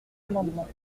amendements